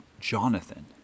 Jonathan